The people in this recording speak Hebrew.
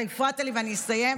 אתה הפרעת לי ואני אסיים.